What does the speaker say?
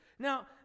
Now